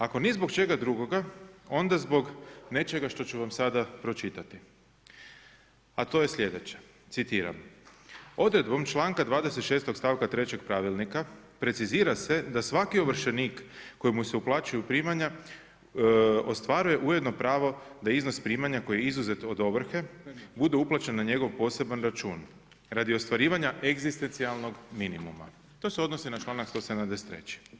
Ako ni zbog čega drugoga onda zbog nečega što ću vam sada pročitati, a to je sljedeće, citiram: „Odredbom članka 26. stavka 3. Pravilnika precizira se da svaki ovršenik kojemu se uplaćuju primanja ostvaruje ujedno pravo da iznos primanja koji je izuzet od ovrhe bude uplaćen na njegov poseban račun radi ostvarivanja egzistencijalnog minimuma“, to se odnosi na članak 173.